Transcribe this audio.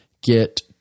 get